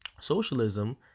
Socialism